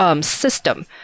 system